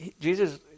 Jesus